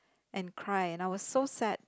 and cry and I was so sad